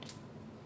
orh